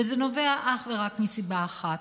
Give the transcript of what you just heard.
וזה נובע אך ורק מסיבה אחת: